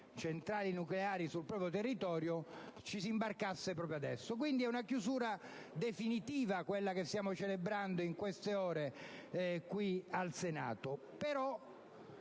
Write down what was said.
centrali nucleari sul proprio territorio, ci si imbarcasse proprio adesso. Quindi, quella che stiamo celebrando in queste ore qui al Senato